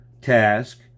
task